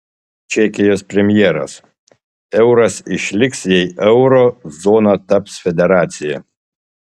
čekijos premjeras euras išliks jei euro zona taps federacija